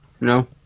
No